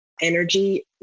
energy